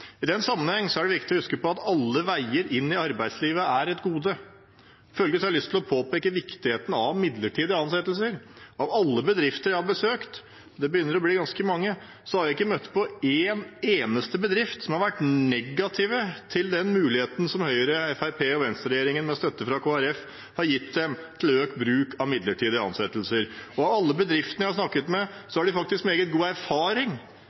I den sammenheng er det viktig å huske på at alle veier inn i arbeidslivet er et gode. Følgelig har jeg lyst til å påpeke viktigheten av midlertidige ansettelser. Av alle bedrifter jeg har besøkt, og det begynner å bli ganske mange, har jeg ikke møtt på én eneste bedrift som har vært negativ til den muligheten Høyre–Fremskrittsparti–Venstre-regjeringen, med støtte fra Kristelig Folkeparti, har gitt dem til økt bruk av midlertidige ansettelser. Og alle bedriftene jeg har snakket med, har faktisk meget god erfaring